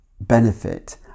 benefit